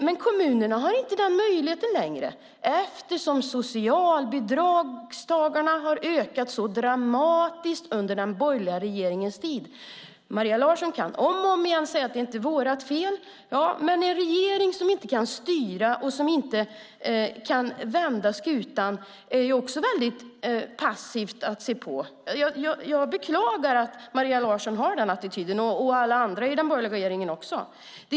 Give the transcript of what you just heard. Men kommunerna har inte denna möjlighet längre eftersom antalet socialbidragstagare har ökat så dramatiskt under den borgerliga regeringens tid. Maria Larsson kan om och om igen säga att det inte är ert fel. Men en regering som inte kan styra och som inte kan vända skutan är också mycket passiv och ser på. Jag beklagar att Maria Larsson och alla andra i den borgerliga regeringen har den attityden.